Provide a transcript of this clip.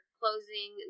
closing